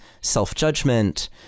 self-judgment